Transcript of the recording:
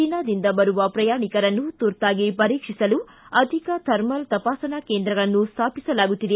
ಚೀನಾದಿಂದ ಬರುವ ಪ್ರಯಾಣಿಕರನ್ನು ತುರ್ತಾಗಿ ಪರೀಕ್ಷಿಸಲು ಅಧಿಕ ಥರ್ಮಲ್ ತಪಾಸಣಾ ಕೇಂದ್ರಗಳನ್ನು ಸ್ಥಾಪಿಸಲಾಗುತ್ತಿದೆ